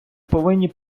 повинні